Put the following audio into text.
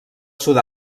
sud